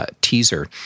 Teaser